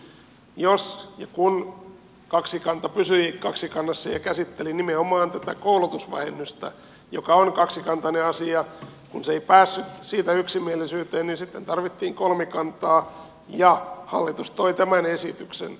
jos ja kun kaksikanta pysyi kaksikannassa ja käsitteli nimenomaan tätä koulutusvähennystä joka on kaksikantainen asia niin kun se ei päässyt siitä yksimielisyyteen sitten tarvittiin kolmikantaa ja hallitus toi tämän esityksen